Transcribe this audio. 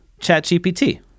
ChatGPT